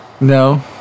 No